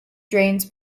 drains